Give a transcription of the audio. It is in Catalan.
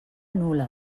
nules